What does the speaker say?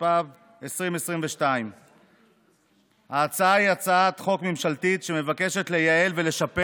התשפ"ב 2022. ההצעה היא הצעת חוק ממשלתית שמבקשת לייעל ולשפר